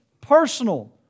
personal